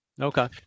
Okay